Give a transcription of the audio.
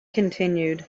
continued